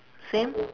same